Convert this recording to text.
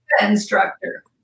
instructor